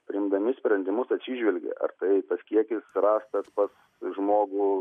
priimdami sprendimus atsižvelgia ar tai tas kiekis rastas pas žmogų